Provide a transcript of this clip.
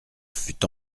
fut